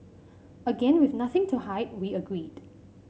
again with nothing to hide we agreed